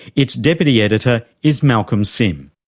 its deputy editor is malcolm sim.